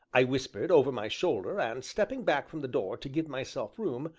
i whispered, over my shoulder, and, stepping back from the door to give myself room,